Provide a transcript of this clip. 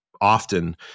often